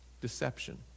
Deception